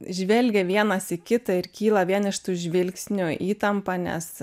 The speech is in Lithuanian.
žvelgia vienas į kitą ir kyla vien iš tų žvilgsnių įtampa nes